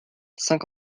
cinq